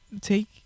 take